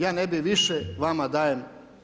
Ja ne bih više, vama dajem.